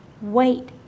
wait